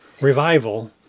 revival